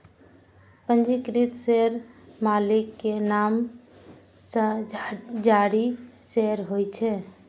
पंजीकृत शेयर मालिक के नाम सं जारी शेयर होइ छै